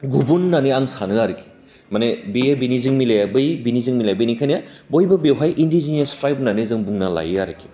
गुबुन होनानै आं सानो आरोखि माने बेयो बिनिजों मिलाया बै बिनिजों मिलाया बिनिखायनो बयबो बेवहाय इन्डिजिनियास ट्राइप होन्नानै जों बुंना लायो आरोखि